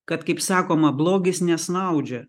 kad kaip sakoma blogis nesnaudžia